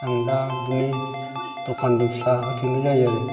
आं दा बिदिनो दखानबो फिसा होदेरनाय जायो आरो